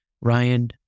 Ryan